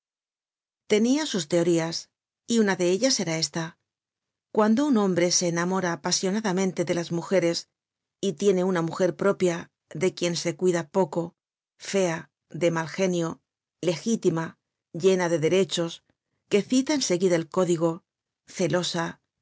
tenia sus teorías y una de ellas era esta cuando un hombre se enamora apasionadamente de las mujeres y tiene una mujer propia de quien se cuida poco fea de mal genio legítima llena de derechos que cita en seguida el código celosa